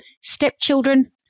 stepchildren